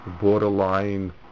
borderline